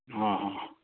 હં હં